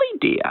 dear